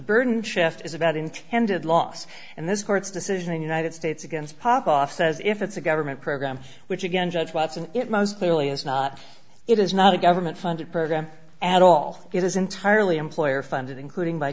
burden shift is about intended loss and this court's decision in united states against popof says if it's a government program which again judge watson it most clearly is not it is not a government funded program at all it is entirely employer funded including